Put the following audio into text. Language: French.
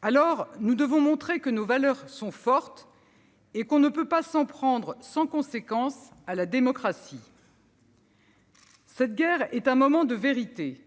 Alors, nous devons montrer que nos valeurs sont fortes et que l'on ne peut pas s'en prendre sans conséquence à la démocratie. Cette guerre est un moment de vérité.